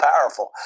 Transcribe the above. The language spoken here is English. powerful